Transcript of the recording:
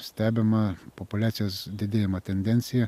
stebima populiacijos didėjimo tendencija